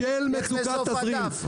אורן, אורן, לך לסוף הדף.